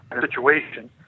situation